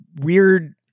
weird